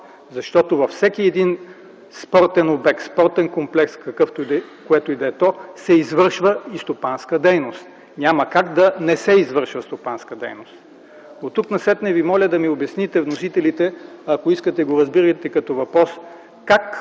защото във всеки един спортен обект, спортен комплекс, какъвто и да е той, се извършва и стопанска дейност. Няма как да не се извършва стопанска дейност. Оттук насетне моля вносителите да ми обясните, ако искате – разбирайте го като въпрос, как